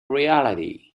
reality